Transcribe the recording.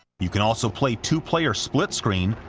you can also play two player split-screen,